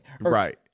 Right